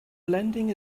blending